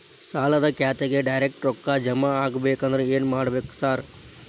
ಸಾಲದ ಖಾತೆಗೆ ಡೈರೆಕ್ಟ್ ರೊಕ್ಕಾ ಜಮಾ ಆಗ್ಬೇಕಂದ್ರ ಏನ್ ಮಾಡ್ಬೇಕ್ ಸಾರ್?